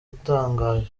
utangaje